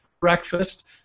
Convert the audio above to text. breakfast